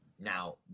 Now